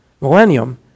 millennium